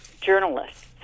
journalists